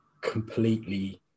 completely